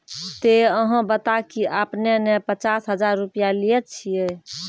ते अहाँ बता की आपने ने पचास हजार रु लिए छिए?